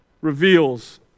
reveals